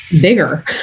bigger